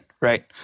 Right